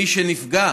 מי שנפגע